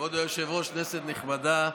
כנסת נכבדה,